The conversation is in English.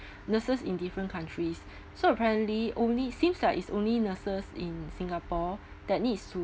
nurses in different countries so apparently only seems like it's only nurses in singapore that needs to